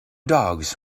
dogs